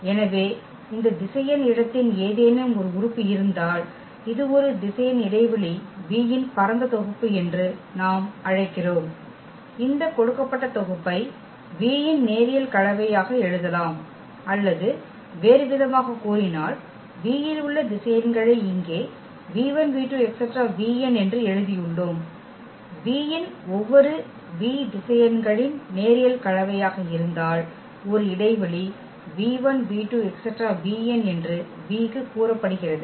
எனவே இந்த திசையன் இடத்தின் ஏதேனும் ஒரு உறுப்பு இருந்தால் இது ஒரு திசையன் இடைவெளி V இன் பரந்த தொகுப்பு என்று நாம் அழைக்கிறோம் இந்த கொடுக்கப்பட்ட தொகுப்பை V இன் நேரியல் கலவையாக எழுதலாம் அல்லது வேறுவிதமாகக் கூறினால் V இல் உள்ள திசையன்களை இங்கே என்று எழுதியுள்ளோம் V இன் ஒவ்வொரு v திசையன்களின் நேரியல் கலவையாக இருந்தால் ஒரு இடைவெளி என்று V க்கு கூறப்படுகிறது